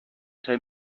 tell